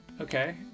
Okay